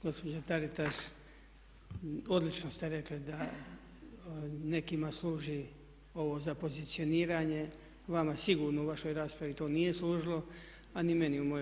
Gospođo Taritaš odlično ste rekli da nekim služi ovo za pozicioniranje, vama sigurno u vašoj raspravi to nije služilo a ni meni u mojoj.